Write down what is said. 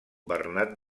bernat